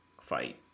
fight